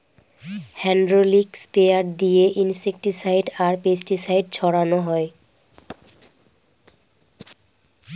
hydraulic sprayer দিয়ে insecticide আর pesticide ছড়ানো হয়